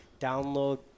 download